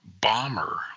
bomber